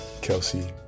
Kelsey